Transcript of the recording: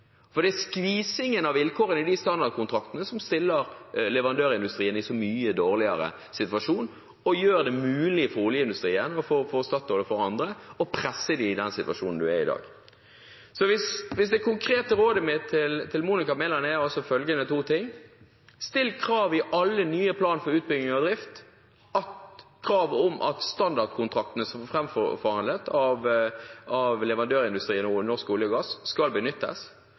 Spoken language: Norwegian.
For det er skvisingen av vilkårene i de standardkontraktene som setter leverandørindustrien i en så mye dårligere situasjon og gjør det mulig for oljeindustrien og for Statoil og for andre å presse dem i den situasjonen vi har i dag. Så det konkrete rådet mitt til Monica Mæland er altså følgende to ting: Still krav i alle nye planer for utbygging og drift om at standardkontraktene som er fremforhandlet av leverandørindustrien og Norsk olje og gass, skal benyttes.